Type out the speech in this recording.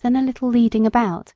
then a little leading about